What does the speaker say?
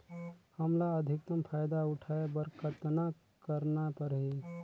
हमला अधिकतम फायदा उठाय बर कतना करना परही?